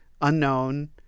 unknown